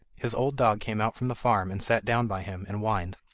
his old dog came out from the farm and sat down by him, and whined.